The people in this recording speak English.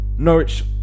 Norwich